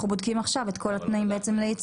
אנחנו עכשיו בודקים את כל התנאים לייצוא.